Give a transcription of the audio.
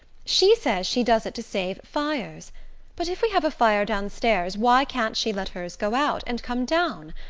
she says she does it to save fires but if we have a fire downstairs why can't she let hers go out, and come down?